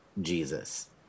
Jesus